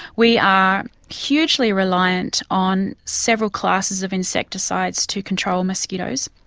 we are hugely reliant on several classes of insecticides to control mosquitoes,